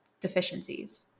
deficiencies